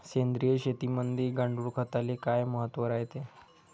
सेंद्रिय शेतीमंदी गांडूळखताले काय महत्त्व रायते?